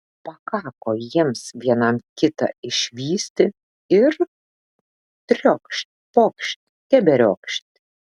pakako jiems vienam kitą išvysti ir triokšt pokšt keberiokšt